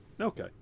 Okay